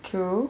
true